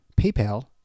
PayPal